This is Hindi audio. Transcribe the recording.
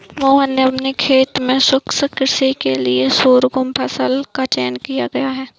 मोहन ने अपने खेत में शुष्क कृषि के लिए शोरगुम फसल का चयन किया है